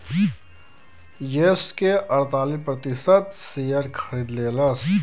yes के अड़तालीस प्रतिशत शेअर खरीद लेलस